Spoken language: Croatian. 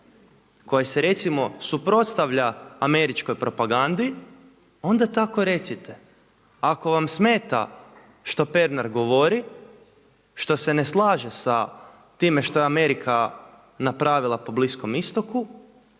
koje se recimo suprotstavlja američkoj propagandi onda tako recite. Ako vam smeta što Pernar govori, što se ne slaže sa time što je Amerika napravila po Bliskom istoku